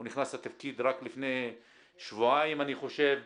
הוא נכנס לתפקיד רק לפני שבועיים, אני חושב.